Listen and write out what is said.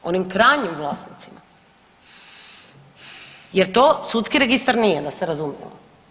Onim krajnjim vlasnicima jer to Sudski registar nije, da se razumijemo.